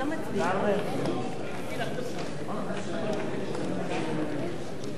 של חברת הכנסת אורית זוארץ,